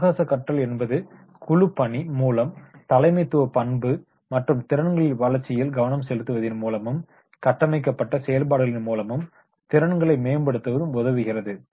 சாகச கற்றல் என்பது குழுப்பணி மூலம் தலைமைத்துவ பண்பு மற்றும் திறன்களின் வளர்ச்சியில் கவனம் செலுத்துவதின் மூலம்மும் கட்டமைக்கப்பட்ட செயல்பாடுகளின் மூலம்மும் திறன்களை மேம்படுத்தவும் உதவுகிறது